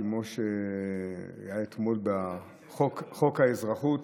כמו שהיה אתמול בחוק האזרחות.